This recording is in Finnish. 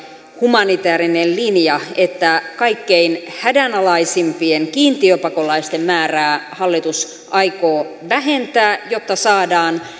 humanitäärinen linja että kaikkein hädänalaisimpien kiintiöpakolaisten määrää hallitus aikoo vähentää jotta saadaan